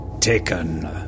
taken